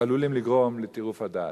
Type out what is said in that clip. ועלולים לגרום לטירוף הדעת.